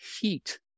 heat